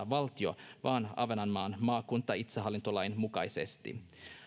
valtio vaan ahvenanmaan maakunta itsehallintolain mukaisesti